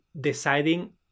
deciding